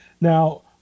Now